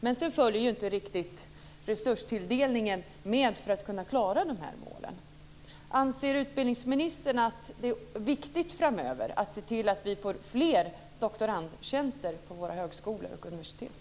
Men sedan följer inte riktigt resurstilldelningen med för att man ska kunna klara målen. Anser utbildningsministern att det är viktigt framöver satt se till att vi får fler doktorandtjänster på våra högskolor och universitet?